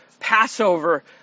Passover